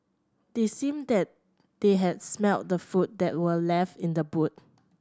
seemed than they had smelt the food that were left in the boot